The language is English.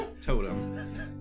totem